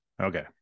Okay